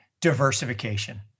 diversification